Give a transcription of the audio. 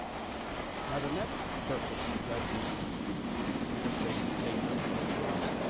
now, the next purpose the judges and administrators came up with was